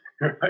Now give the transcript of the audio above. right